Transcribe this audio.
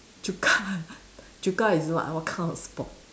Chukka Chukka is what what kind of sport